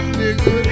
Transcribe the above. nigga